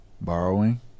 borrowing